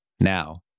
Now